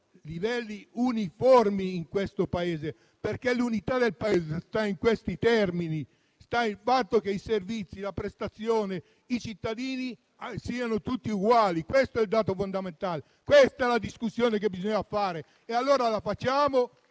«livelli uniformi», perché l'unità del Paese sta in questi termini, ossia nel fatto che i servizi, le prestazioni e i cittadini devono essere tutti uguali. Questo è il dato fondamentale. Questa è la discussione che bisogna fare. E allora la facciamo?